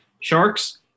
Sharks